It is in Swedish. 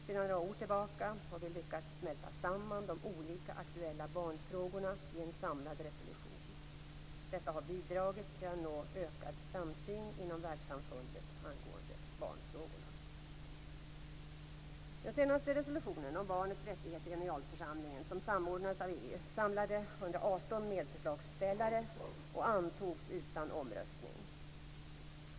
Sedan några år tillbaka har vi lyckats smälta samman de olika aktuella barnfrågorna i en samlad resolution. Detta har bidragit till en ökad samsyn inom världssamfundet rörande barnfrågor. Den senaste resolutionen om barnets rättigheter i generalförsamlingen, som samordnades av EU, samlade 118 medförslagsställare och antogs utan omröstning.